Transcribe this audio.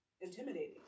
intimidating